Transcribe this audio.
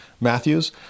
Matthew's